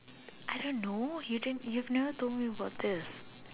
I don't know you didn't you have never told me about this